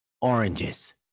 Oranges